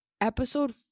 episode